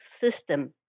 system